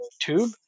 tube